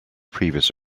previous